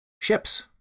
ships